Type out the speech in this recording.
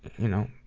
you know